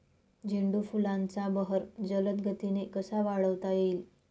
झेंडू फुलांचा बहर जलद गतीने कसा वाढवता येईल?